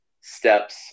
steps